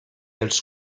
els